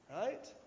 Right